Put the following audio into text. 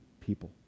people